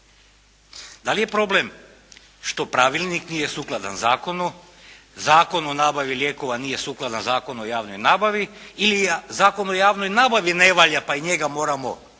Da li je problem što pravilnik nije sukladan zakonu, Zakon o nabavi lijekova nije sukladan Zakonu o javnoj nabavi ili Zakon o javnoj nabavi ne valja, pa i njega moramo ponovno